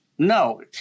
No